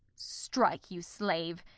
strike, you slave!